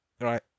Right